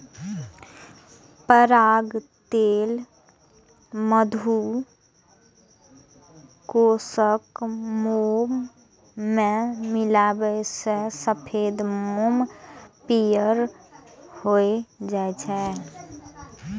पराग तेल कें मधुकोशक मोम मे मिलाबै सं सफेद मोम पीयर भए जाइ छै